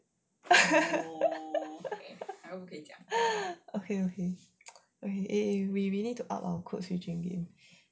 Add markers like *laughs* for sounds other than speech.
*laughs* okay okay okay we we need to up our codeswitching game